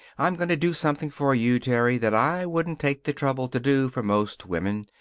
i'm going to do something for you, terry, that i wouldn't take the trouble to do for most women.